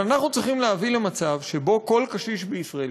אבל אנחנו צריכים להביא למצב שבו כל קשיש בישראל,